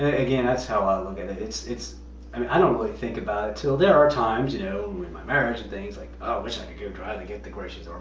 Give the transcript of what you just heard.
again, that's how i look at it. it's. um i don't really think about it, till there are times, you know, with my marriage and things like, oh, i wish i could go drive and get the groceries. or